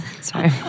Sorry